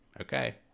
Okay